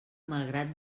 malgrat